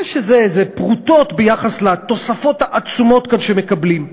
שזה פרוטות ביחס לתוספות העצומות שמקבלים כאן.